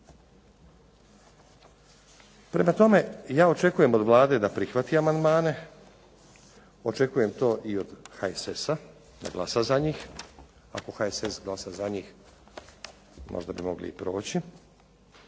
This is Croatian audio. Prema tome, ja očekujem od Vlade da prihvati amandmane, očekujem to i od HSS-a da glasa za njih, ako HSS glasa za njih možda bi mogli i proći